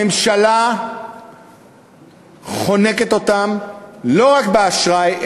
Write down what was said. הממשלה חונקת אותם לא רק באשראי,